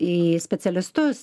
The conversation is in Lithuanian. į specialistus